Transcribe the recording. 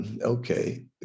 okay